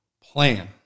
plan